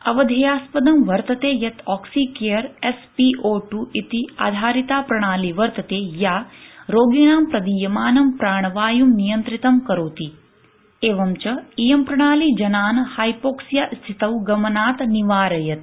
अवधेस्यापदं वर्तते यत् ऑक्सिकेयर एसपीओटूइति आधारिता प्रणाली वर्तते या रोगिणाम् प्रदीयमानं प्राणवायुम् नियंत्रितम् करोति एवञ्च इयं प्रणाली जनान् हाइपोक्सिया स्थितौ गमनात् निवारयति